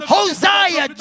Hosea